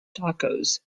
tacos